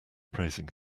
praising